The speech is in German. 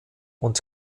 und